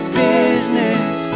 business